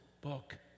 book